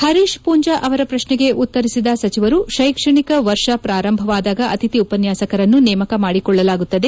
ಹರೀಶ್ ಪೂಂಜಾ ಅವರ ಪ್ರಶ್ನೆಗೆ ಉತ್ತರಿಸಿದ ಸಚಿವರು ಶೈಕ್ಷಣಿಕ ವರ್ಷ ಪ್ರಾರಂಭವಾದಾಗ ಅತಿಥಿ ಉಪನ್ಯಾಸಕರನ್ನು ನೇಮಕ ಮಾಡಿಕೊಳ್ಳಲಾಗುತ್ತದೆ